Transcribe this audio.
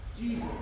Jesus